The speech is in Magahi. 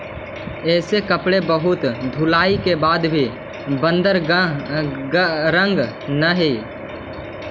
ऐसे कपड़े बहुत धुलाई के बाद भी बदरंग न हई